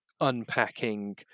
unpacking